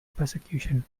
persecution